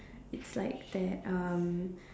it's like that um